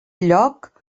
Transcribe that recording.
lloc